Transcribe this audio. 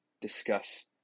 discuss